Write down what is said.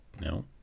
No